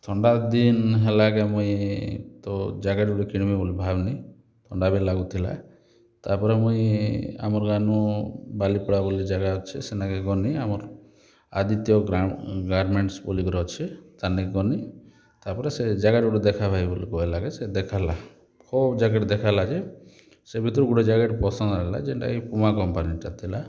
ଥଣ୍ଡା ଦିନ୍ ହେଲା କେ ମୁଇଁ ତ ଜ୍ୟାକେଟ୍ ଗୋଟେ କିଣିବି ବୋଲି ଭାବିନି ଥଣ୍ଡା ବି ଲାଗୁଥିଲା ତା'ପରେ ମୁଇଁ ଆମର ରାନୁ ବାଲିପଡ଼ା ବୋଲି ଜାଗା ଅଛି ସେନ୍ତା ଗନି ଆମର୍ ଆଦିତ୍ୟ ଗାରମେଣ୍ଟସ୍ ବୋଲି କରି ଅଛି ତା ନେ କି ଗଲି ତା'ପରେ ସେ ଜ୍ୟାକେଟ୍ ଗୋଟେ ଦେଖା ଭାଇ ବୋଲି କହିଲାରେ ସେ ଦେଖାଇଲା ବହୁ ଜ୍ୟାକେଟ୍ ଦେଖାଇଲା ଯେ ସେ ଭିତରୁ ଗୋଟେ ଜ୍ୟାକେଟ୍ ପସନ୍ଦ ହେଲା ଯେଉଁଟା କି ପୁମା କମ୍ପାନୀଟା ଥିଲା